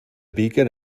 beacon